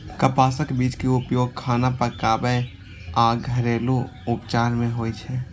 कपासक बीज के उपयोग खाना पकाबै आ घरेलू उपचार मे होइ छै